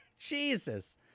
Jesus